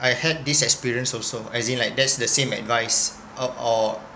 I had this experience also as in like that's the same advice or or